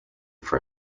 for